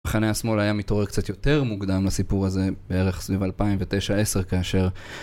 המחנה השמאל היה מתעורר קצת יותר מוקדם לסיפור הזה בערך סביב 2009 10 כאשר...